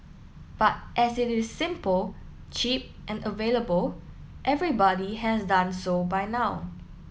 but as it is simple cheap and available everybody has done so by now